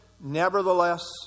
Nevertheless